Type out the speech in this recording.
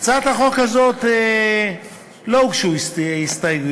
להצעת חוק זו לא הוגשו הסתייגויות,